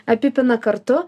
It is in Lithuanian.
apipina kartu